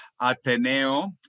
Ateneo